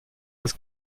das